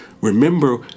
remember